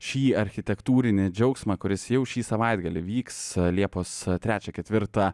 šį architektūrinį džiaugsmą kuris jau šį savaitgalį vyks liepos trečią ketvirtą